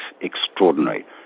extraordinary